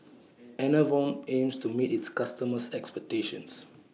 Enervon aims to meet its customers' expectations